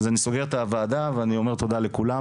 אז אני נועל את הוועדה, ואומר תודה לכולם.